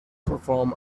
perform